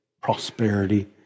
prosperity